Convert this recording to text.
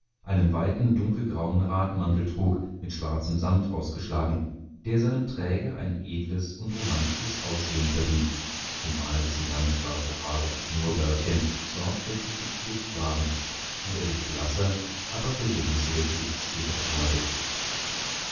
einen weiten dunkelgrauen radmantel trug mit schwarzem sammet ausgeschlagen der seinem träger ein edles und romantisches aussehen verlieh zumal dessen lange schwarze haare und schnurrbärtchen sorgfältig gepflegt waren und er sich blasser aber regelmäßiger gesichtszüge erfreute